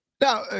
Now